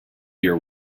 your